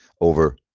over